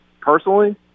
Personally